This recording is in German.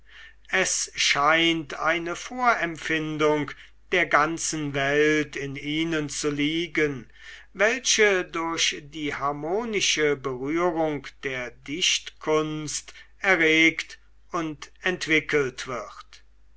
es scheint eine vorempfindung der ganzen welt in ihnen zu liegen welche durch die harmonische berührung der dichtkunst erregt und entwickelt wird